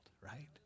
right